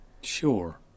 Sure